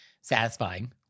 satisfying